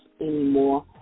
anymore